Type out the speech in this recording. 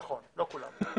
נכון, לא כולם.